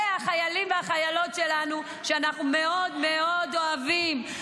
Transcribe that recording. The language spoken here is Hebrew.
החיילים והחיילות שלנו, שאנחנו מאוד מאוד אוהבים.